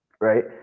right